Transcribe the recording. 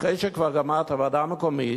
אחרי שכבר גמרת ועדה מקומית,